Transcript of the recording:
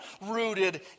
rooted